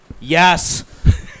yes